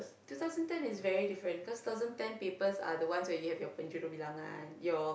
two thousand ten is very different because two thousand ten papers are the ones where you have your penjodoh bilangan your